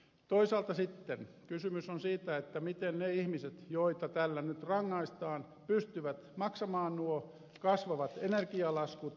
toisaalta sitten kysymys on siitä miten ne ihmiset joita tällä nyt rangaistaan pystyvät maksamaan nuo kasvavat energialaskut